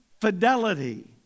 fidelity